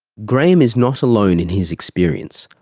graham is not alone in his experience.